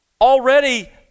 Already